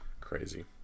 Crazy